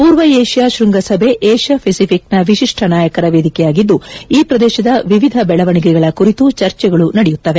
ಪೂರ್ವ ಏಷ್ಲಾ ಶ್ವಂಗಸಭೆ ಏಷ್ಲಾ ಫೆಸಿಪಿಕ್ನ ವಿಶಿಷ್ಠ ನಾಯಕರ ವೇದಿಕೆಯಾಗಿದ್ದು ಈ ಪ್ರದೇಶದ ವಿವಿಧ ಬೆಳವಣಿಗೆಗಳ ಕುರಿತು ಚರ್ಚೆಗಳು ನಡೆಯುತ್ತವೆ